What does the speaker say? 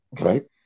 right